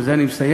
בזה אני מסיים,